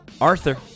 Arthur